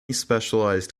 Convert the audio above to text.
specialized